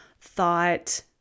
thought